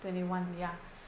twenty one ya